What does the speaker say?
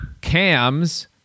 cams